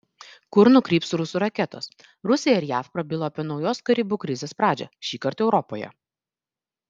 kur nukryps rusų raketos rusija ir jav prabilo apie naujos karibų krizės pradžią šįkart europoje